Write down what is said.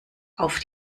auf